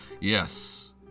Yes